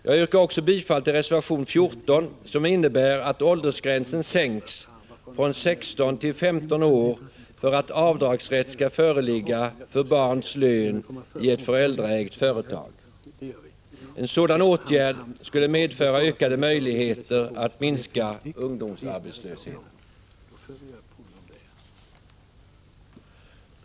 Jag yrkar också bifall till reservation 14, som innebär att åldersgränsen sänks från 16 till 15 år för att avdragsrätt skall föreligga för barns lön i ett föräldraägt företag. En sådan åtgärd skulle medföra ökade möjligheter att minska ungdomsarbetslösheten.